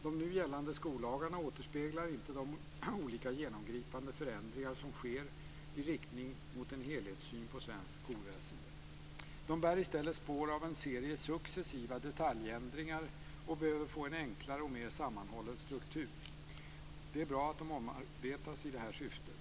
De nu gällande skollagarna återspeglar inte de olika genomgripande förändringar som sker i riktning mot en helhetssyn på svenskt skolväsende. De bär i stället spår av en serie successiva detaljändringar och behöver få en enklare och mer sammanhållen struktur. Det är bra att de omarbetas i detta syfte.